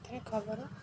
ଏଥିରେ ଖବର